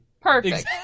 Perfect